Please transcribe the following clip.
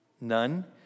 none